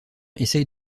essaye